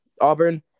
Auburn